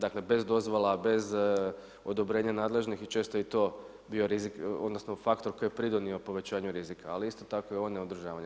Dakle bez dozvola, bez odobrenja nadležnih i često je i to bio rizik, odnosno faktor koji je pridonio povećanju rizika ali isto tako i ovo neodržavanje.